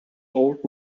old